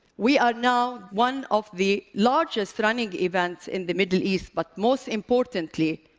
we are now one of the largest running events in the middle east, but most importantly,